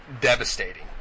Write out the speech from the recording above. devastating